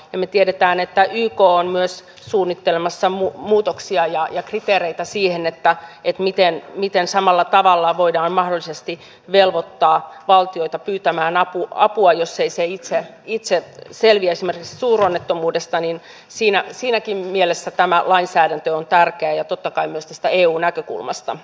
me tiedämme että yk on myös suunnittelemassa muutoksia ja kriteereitä siihen miten samalla tavalla voidaan mahdollisesti velvoittaa valtioita pyytämään apua jos ne eivät itse selviä esimerkiksi suuronnettomuudesta joten siinäkin mielessä tämä lainsäädäntö on tärkeä ja totta kai myös tästä eu näkökulmasta